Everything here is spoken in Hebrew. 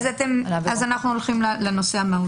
אז נלך לנושא המהותי.